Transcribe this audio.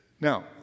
Now